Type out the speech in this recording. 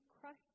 crushed